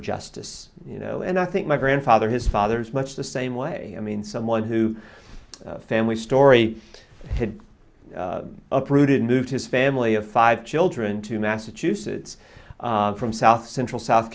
justice you know and i think my grandfather his father's much the same way i mean someone who family's story uprooted moved his family of five children to massachusetts from south central south